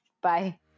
Bye